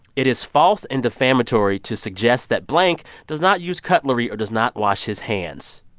it is false and defamatory to suggest that blank does not use cutlery or does not wash his hands.